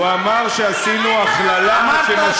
הוא אמר שעשינו הכללה, אמרת